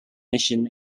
mission